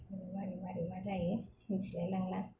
मारै मारै मा जायो मिथिलायलांला